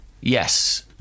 yes